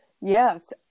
Yes